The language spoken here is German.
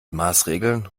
maßregeln